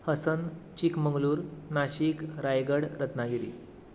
Hasan Chikmagalur Nashik Raigad Ratnagiri